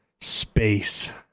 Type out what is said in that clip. Space